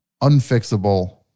unfixable